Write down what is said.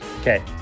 okay